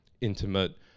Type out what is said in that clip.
intimate